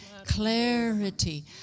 clarity